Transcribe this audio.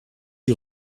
you